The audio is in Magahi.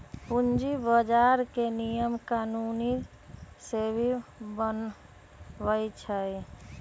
पूंजी बजार के नियम कानून सेबी बनबई छई